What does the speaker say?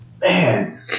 Man